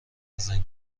نزن